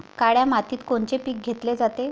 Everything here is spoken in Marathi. काळ्या मातीत कोनचे पिकं घेतले जाते?